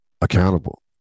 accountable